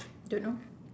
don't know